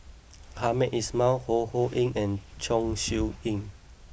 Hamed Ismail Ho Ho Ying and Chong Siew Ying